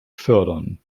fördern